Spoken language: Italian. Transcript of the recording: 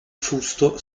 fusto